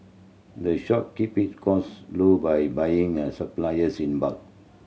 the shop keep it cost low by buying its supplies in bulk